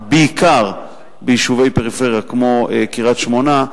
בעיקר ביישובי פריפריה כמו קריית-שמונה,